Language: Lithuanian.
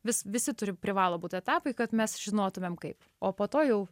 vis visi turi privalo būt etapai kad mes žinotumėm kaip o po to jau